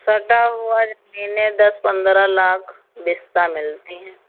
सरदा हुआ मीने दस पंद्रह लाख बिस्ता मिलती है